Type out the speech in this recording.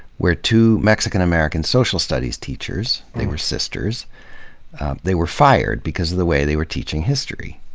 where two mexican american social studies teachers they were sisters they were fired because of the way they were teaching history.